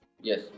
yes